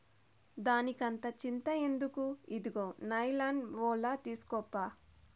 దానికంత చింత ఎందుకు, ఇదుగో నైలాన్ ఒల తీస్కోప్పా